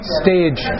stage